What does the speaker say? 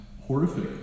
horrific